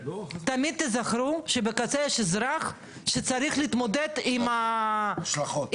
תמיד תיזכרו שבקצה יש אזרח שצריך להתמודד עם --- עם ההשלכות.